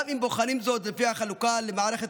גם אם בוחנים זאת לפי החלוקה למערכת